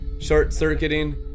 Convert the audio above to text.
short-circuiting